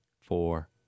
four